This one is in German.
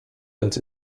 als